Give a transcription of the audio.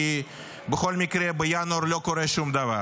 כי בכל מקרה בינואר לא קורה שום דבר.